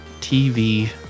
TV